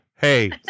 hey